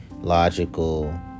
logical